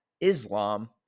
Islam